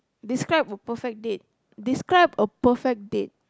describe a perfect date describe a perfect date